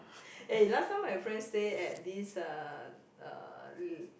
eh last time my friend stay at this uh uh l~